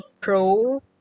pro